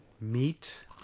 Meat